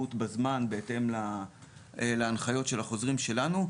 שירות בזמן בהתאם להנחיות של החוזרים שלנו.